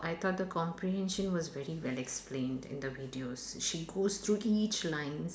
I thought the comprehension was very well explained in the videos she goes through each lines